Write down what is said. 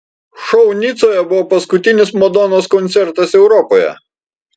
šou nicoje buvo paskutinis madonos koncertas europoje